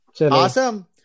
Awesome